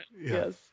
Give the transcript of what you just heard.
Yes